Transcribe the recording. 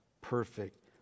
perfect